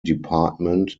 department